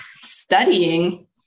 studying